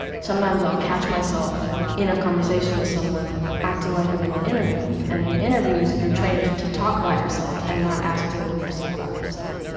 sometimes i'll catch myself in a conversation with someone acting like i'm in an interview, and in interviews you're trained to talk about yourself and not ask the other person about themselves.